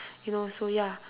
you know so ya